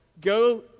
Go